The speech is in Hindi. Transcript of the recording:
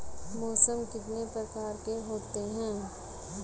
मौसम कितने प्रकार के होते हैं?